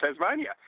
Tasmania